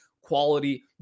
quality